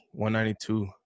192